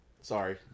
Sorry